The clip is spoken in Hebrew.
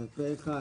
אנחנו כאן